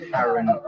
Karen